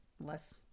less